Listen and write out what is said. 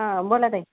हां बोला ताई